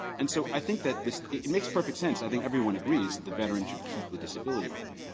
and so i think that this it makes perfect sense. i think everyone agrees that the veteran should keep the disability pay.